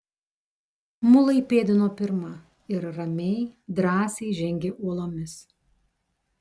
mulai pėdino pirma ir ramiai drąsiai žengė uolomis